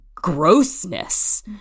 Grossness